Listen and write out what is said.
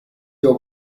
your